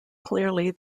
clearly